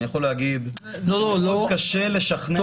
אני יכול להגיד שכל כך קשה לשכנע --- לא,